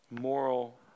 moral